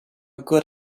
good